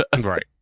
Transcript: right